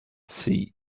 see